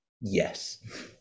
yes